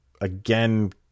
again